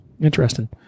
Interesting